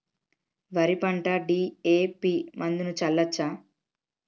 వరి పంట డి.ఎ.పి మందును చల్లచ్చా?